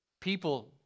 people